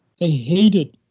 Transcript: ah hated